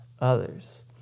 others